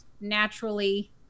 naturally